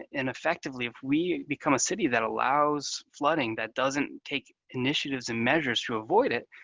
and effectively, if we become a city that allows flooding, that doesn't take initiatives and measures to avoid it,